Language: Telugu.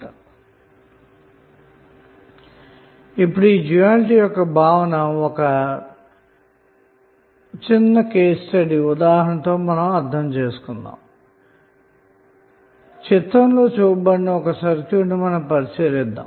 vlcsnap 2019 08 31 18h29m53s223 ఇప్పుడు ఈ డ్యూయల్టీ యొక్క భావన ఒక కేస్ స్టడీ తో అర్ధం చేసుకుందాం చిత్రంలో చూపబడిన ఒక సర్క్యూట్ ను పరిశీలిద్దాము